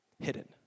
Hidden